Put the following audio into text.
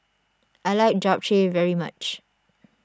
I like Japchae very much